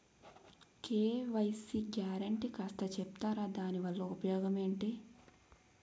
KYC guarantee కాస్త చెప్తారాదాని వల్ల ఉపయోగం ఎంటి?